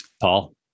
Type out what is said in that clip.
Paul